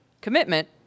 commitment